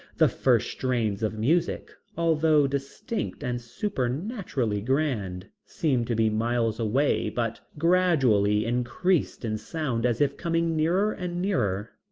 the first strains of music, although distinct and supernaturally grand, seemed to be miles away but gradually increased in sound as if coming nearer and nearer.